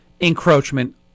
encroachment